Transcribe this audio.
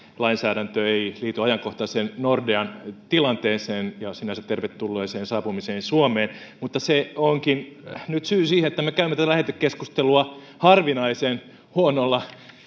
lainsäädäntö ei liity ajankohtaiseen nordean tilanteeseen ja sinänsä tervetulleeseen saapumiseen suomeen mutta se onkin nyt syy siihen että me käymme tätä lähetekeskustelua harvinaisen huonolla